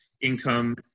income